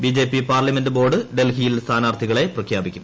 BJP parliamentary board ഡൽഹിയിൽ സ്ഥാനാർത്ഥികളെ പ്രഖ്യാപിക്കും